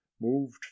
moved